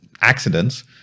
accidents